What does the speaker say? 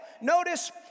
Notice